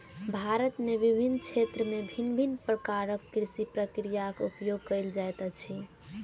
भारत में विभिन्न क्षेत्र में भिन्न भिन्न प्रकारक कृषि प्रक्रियाक उपयोग कएल जाइत अछि